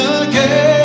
again